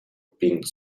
pink